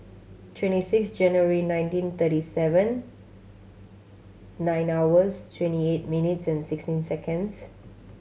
twenty six January nineteen thirty seven nine hours twenty eight minutes and sixteen seconds